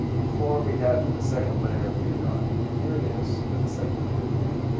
before we had the second layer of green on, and here it is with the second layer of green.